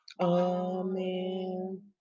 Amen